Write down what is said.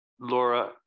Laura